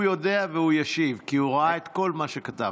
הוא יודע והוא ישיב, כי הוא ראה את כל מה שכתבת.